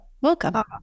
welcome